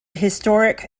historic